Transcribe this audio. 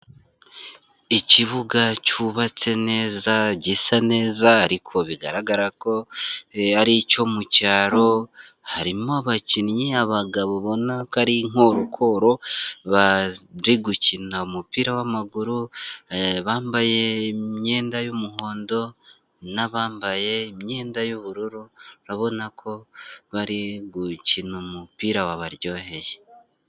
Ikibuga cyubatse neza gisa neza ariko bigaragara ko ari icyo mu cyaro, harimo abakinnyi abagabo ubona ko ari inkorokoro ba gukina umupira w'amaguru, bambaye imyenda y'umuhondo n'abambaye imyenda y'ubururu urabona ko bari gukina umupira wabaryoheye.